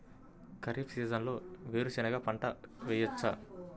ఖరీఫ్ సీజన్లో వేరు శెనగ పంట వేయచ్చా?